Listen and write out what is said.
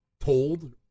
told